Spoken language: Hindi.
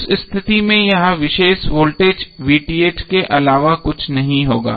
उस स्थिति में यह विशेष वोल्टेज के अलावा कुछ नहीं होगा